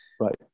Right